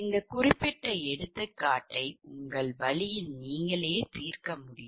இந்த குறிப்பிட்ட எடுத்துக்காட்டு ஐ உங்கள் வழியில் நீங்களே தீர்க்க முடியும்